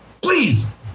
Please